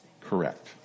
correct